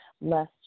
less